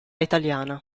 italiana